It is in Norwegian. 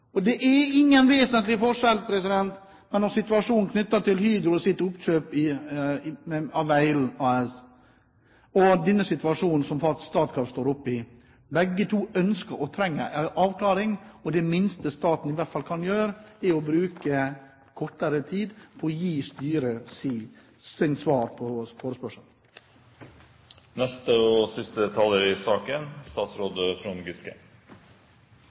Det er ingen vesentlig forskjell mellom situasjonen knyttet til Hydros oppkjøp av Vale S.A. og den situasjonen som Statkraft faktisk står oppe i. Begge to ønsker og trenger en avklaring, og det minste staten kan gjøre, er å bruke kortere tid og gi styret sitt svar på forespørselen. Jeg tror jeg ga svaret også i